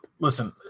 Listen